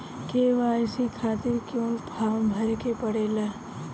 KYC खातिर क्यूं form भरे के पड़ेला?